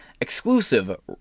Exclusive